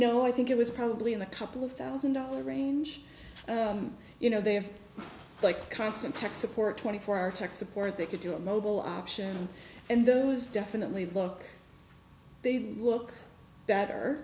know i think it was probably in the couple of thousand dollar range you know they have like constant tech support twenty four hour tech support they could do a mobile option and those definitely look look better